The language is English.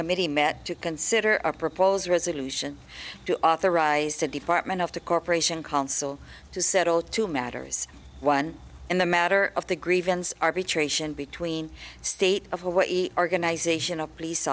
committee met to consider a proposed resolution to authorize the department of the corporation consul to settle to matters one in the matter of the grievance arbitration between state of what organization of police